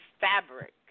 fabric